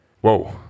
whoa